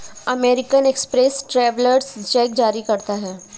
American Express travellers cheque जारी करता है